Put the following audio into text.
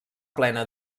plena